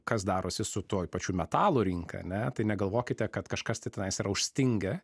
kas darosi su tuo pačiu metalų rinka ane tai negalvokite kad kažkas tai tenais yra užstingę